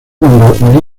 cuando